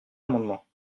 amendement